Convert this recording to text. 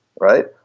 right